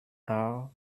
are